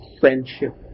friendship